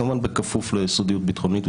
כמובן בכפוף לסודיות ביטחונית,